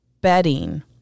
bedding